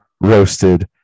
roasted